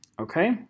okay